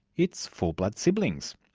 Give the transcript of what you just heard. it's full-blood siblings.